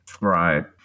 Right